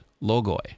Logoi